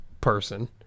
person